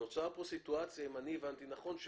נוצרה פה סיטואציה, אם הבנתי נכון,